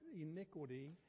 iniquity